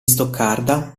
stoccarda